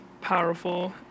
powerful